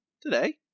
today